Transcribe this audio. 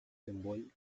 symbol